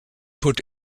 put